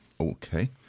Okay